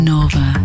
Nova